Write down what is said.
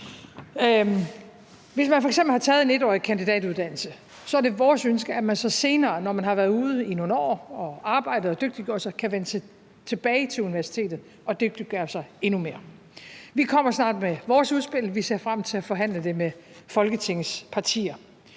Hvis man f.eks. har taget en 1-årig kandidatuddannelse, er det vores ønske, at man så senere, når man har været ude i nogle år og arbejdet og dygtiggjort sig, kan vende tilbage til universitetet og dygtiggøre sig endnu mere. Vi kommer snart med vores udspil, vi ser frem til at forhandle det med Folketingets partier,